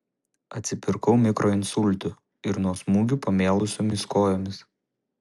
atsipirkau mikroinsultu ir nuo smūgių pamėlusiomis kojomis